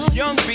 young